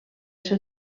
ser